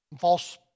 false